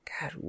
God